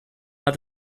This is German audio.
hat